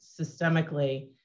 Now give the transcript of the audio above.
systemically